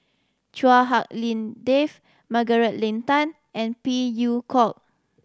Chua Hak Lien Dave Margaret Leng Tan and Phey Yew Kok